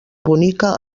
bonica